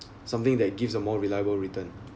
something that gives a more reliable return